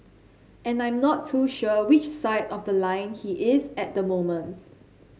and I'm not too sure which side of the line he is at the moment